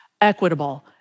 equitable